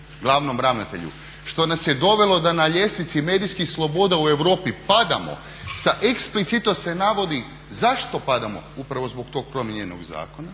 glavnom ravnatelju što nas je dovelo da na ljestvici medijskih sloboda u Europi padamo sa eksplicitno se navodi zašto padamo, upravo zbog tog promijenjenog zakona,